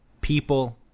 people